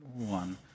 one